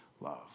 love